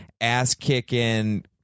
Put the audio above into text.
ass-kicking